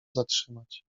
zatrzymać